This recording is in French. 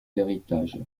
l’héritage